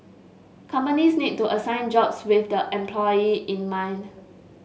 companies need to assign jobs with the employee in mind